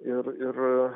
ir ir